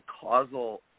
causal